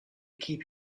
keep